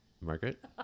Margaret